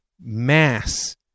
mass